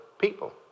people